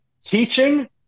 teaching